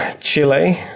Chile